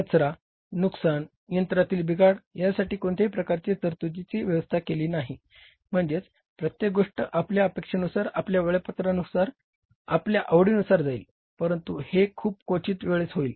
कचरा नुकसान यंत्रातील बिघाड यांसाठी कोणत्याही प्रकारच्या तरतूदीची व्यवस्था केलेली नाही म्हणजे प्रत्येक गोष्ट आपल्या अपेक्षेनुसार आपल्या वेळापत्रकानुसार आपल्या आवडीनुसार जाईल परंतु हे खूप क्वचित वेळेस होईल